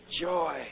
joy